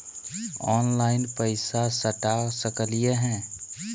Online पैसा सटा सकलिय है?